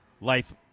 life